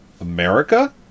America